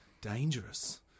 dangerous